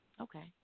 Okay